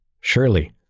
Surely